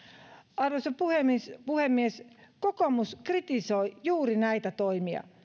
arvoisa puhemies puhemies kokoomus kritisoi juuri näitä toimia